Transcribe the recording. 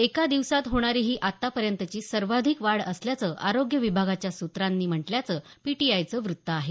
एका दिवसात होणारी ही आतापर्यंतची सर्वाधिक वाढ असल्याचं आरोग्य विभागाच्या सूत्रांनी म्हटल्याचं पीटीआयचं वृत्त आहे